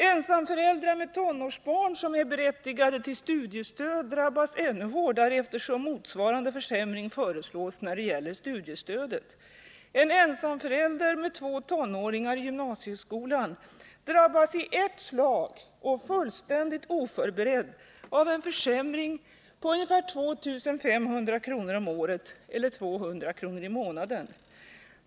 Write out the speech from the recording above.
Ensamföräldrar med tonårsbarn som är berättigade till studiestöd drabbas ännu hårdare, eftersom motsvarande försämring föreslås när det gäller studiestödet. En ensamförälder med två tonåringar i gymnasiet drabbas i ett slag och fullständigt oförberedd av en försämring på ungefär 2 500 kr. om året eller 200 kr. i månaden.